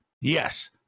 Yes